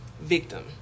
victim